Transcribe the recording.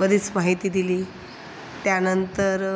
बरीच माहिती दिली त्यानंतर